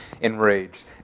enraged